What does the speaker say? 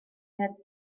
had